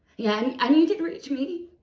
yeah, and, and you did reach me.